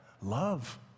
Love